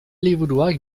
liburuak